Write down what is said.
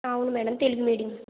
అవును madam Telugu medium